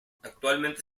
actualmente